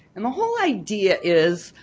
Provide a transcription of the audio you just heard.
and the whole idea is,